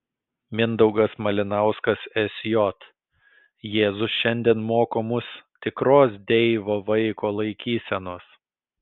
mindaugas malinauskas sj jėzus šiandien moko mus tikros deivo vaiko laikysenos